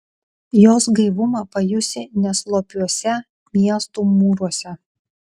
jos gaivumą pajusi ne slopiuose miestų mūruose